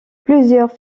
plusieurs